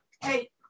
hey